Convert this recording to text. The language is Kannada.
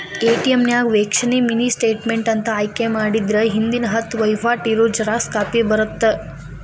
ಎ.ಟಿ.ಎಂ ನ್ಯಾಗ ವೇಕ್ಷಣೆ ಮಿನಿ ಸ್ಟೇಟ್ಮೆಂಟ್ ಅಂತ ಆಯ್ಕೆ ಮಾಡಿದ್ರ ಹಿಂದಿನ ಹತ್ತ ವಹಿವಾಟ್ ಇರೋ ಜೆರಾಕ್ಸ್ ಕಾಪಿ ಬರತ್ತಾ